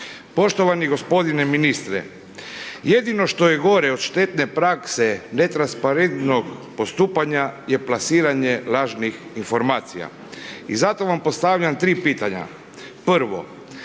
Poštovani g. ministre, jedino što je gore od štetne prakse netransparentnog postupanja je plasiranje lažnih informacija i zato vam postavljam tri pitanja. Prvo,